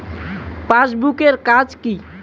Passbook এর কাজ কি?